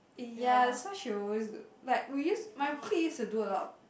ya that's why she always like we used my clique is to do a lot